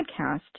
podcast